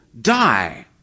die